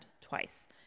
twice